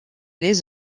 les